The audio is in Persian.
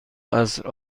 عصر